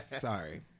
Sorry